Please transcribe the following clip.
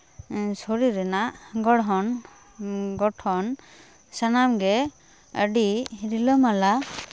ᱥᱚᱨᱤᱨ ᱨᱮᱱᱟᱜ ᱜᱚᱲᱦᱚᱱ ᱜᱚᱴᱷᱚᱱ ᱥᱟᱱᱟᱢ ᱜᱮ ᱟᱹᱰᱤ ᱨᱤᱞᱟᱹᱢᱟᱞᱟ